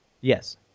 Yes